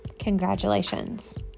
Congratulations